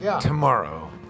tomorrow